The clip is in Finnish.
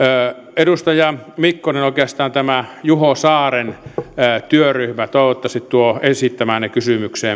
edustaja mikkonen oikeastaan tämä juho saaren työryhmä toivottavasti tuo esittämäänne kysymykseen